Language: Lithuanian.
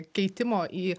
keitimo į